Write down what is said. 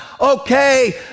okay